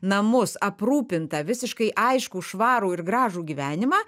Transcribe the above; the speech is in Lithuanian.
namus aprūpintą visiškai aiškų švarų ir gražų gyvenimą